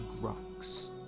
rocks